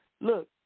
look